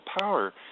power